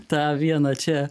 tą vieną čia